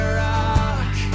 rock